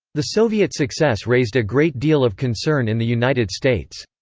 the soviet success raised a great deal of concern in the united states.